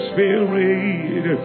Spirit